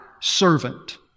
servant